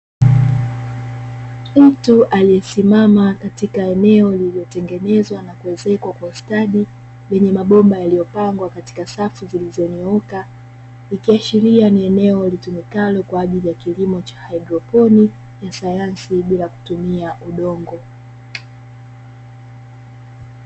Mtu aliyesimama katika eneo lililotengenezwa na kuezekwa kwa ustadi, lenye mabomba yaliyopangwa katika safu zilizonyooka, ikiashiria ni eneo litumikalo kwa ajili ya kilimo cha haidroponi ya sayansi bila kutumia udongo.